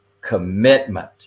commitment